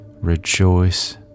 rejoice